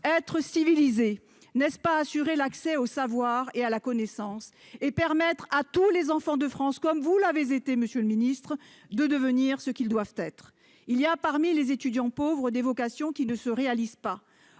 Être civilisé, n'est-ce pas assurer l'accès au savoir et à la connaissance et permettre à tous les enfants de France, comme cela a été le cas pour vous, monsieur le ministre, de devenir ce qu'ils doivent être ? Il y a parmi les étudiants pauvres des vocations qui ne se réalisent pas.